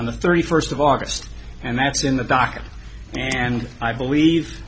on the thirty first of august and that's in the docket and i believe